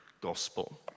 gospel